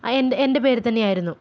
ആ എൻ്റെ എൻ്റെ പേരിൽത്തന്നെയായിരുന്നു